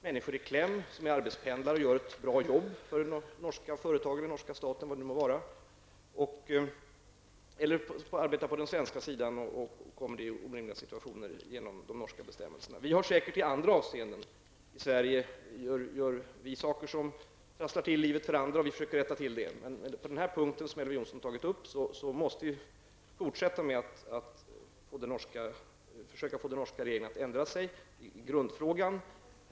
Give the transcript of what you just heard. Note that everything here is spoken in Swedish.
Människor som är arbetspendlare och gör ett bra jobb för norska företag eller norska staten kommer här i kläm. Det gäller även personer som arbetar på den svenska sidan. De hamnar i orimliga situationer på grund av de norska bestämmelserna. I Sverige gör vi säkert andra saker som trasslar till livet för andra, och då försöker vi rätta till det. På den punkt som Elver Jonsson har tagit upp måste vi fortsätta med att försöka få den norska regeringen att ändra sig i grundfrågan.